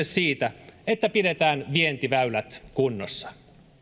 siitä että pidetään vientiväylät kunnossa